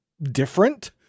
Different